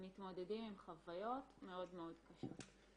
הם מתמודדים עם חוויות מאוד מאוד קשות.